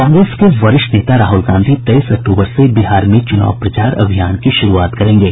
कांग्रेस के वरिष्ठ नेता राहुल गांधी तेईस अक्टूबर से बिहार में चुनाव प्रचार अभियान की शुरूआत करेंगे